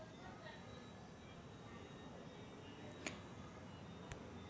संत्र्याच्या झाडांले गोमूत्राचा काय उपयोग हाये?